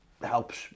Helps